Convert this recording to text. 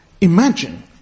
imagine